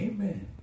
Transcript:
Amen